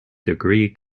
degree